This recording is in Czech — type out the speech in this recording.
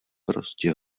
prostě